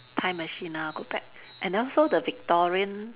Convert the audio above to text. time machine ah go back and also the Victorian